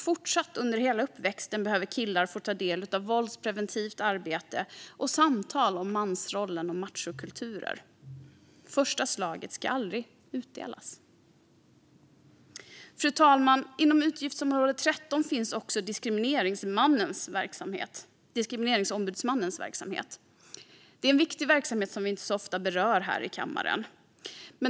Fortsatt under hela uppväxten behöver killar få ta del av våldspreventivt arbete och samtal om mansrollen och machokulturer. Första slaget ska aldrig utdelas. Fru talman! Inom utgiftsområde 13 finns också Diskrimineringsombudsmannens verksamhet. Det är en viktig verksamhet som vi inte så ofta berör här i kammaren.